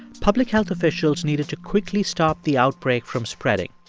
public health officials needed to quickly stop the outbreak from spreading.